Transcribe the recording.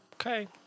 Okay